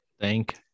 Thank